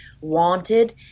wanted